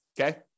Okay